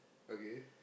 okay